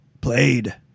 Played